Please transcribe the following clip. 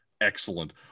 excellent